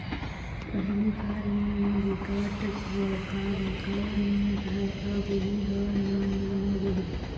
पहिली खार मन म बिकट बड़का बड़का मेड़ राहय अब उहीं ह नान नान होगे हे